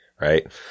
Right